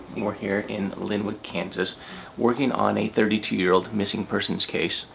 we're here in linwood, kansas working on a thirty two year old missing persons case.